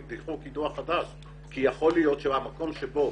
יקדחו קידוח חדש כי יכול להיות שהמקום שבו